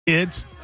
Kids